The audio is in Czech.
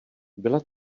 byla